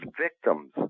victims